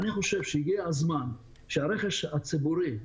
אני חושב שהגיע הזמן שהרכש הציבורי,